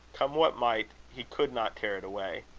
come what might, he could not tear it away.